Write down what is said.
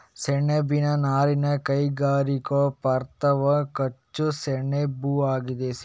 ಸೆಣಬಿನ ನಾರಿನ ಕೈಗಾರಿಕಾ ಪದಾರ್ಥವು ಕಚ್ಚಾ ಸೆಣಬುಆಗಿದೆ